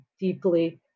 deeply